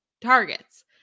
targets